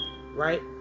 right